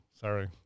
Sorry